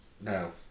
no